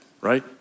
right